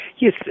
yes